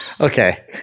Okay